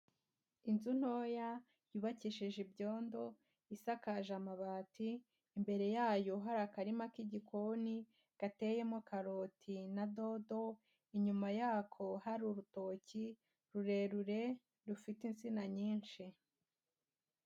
Inzu ntoya yubakishije ibyondo, isakaje amabati, imbere yayo hari akarima k'igikoni gateyemo karoti na dodo, inyuma yako hari urutoki rurerure rufite insina nyinshi.